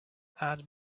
add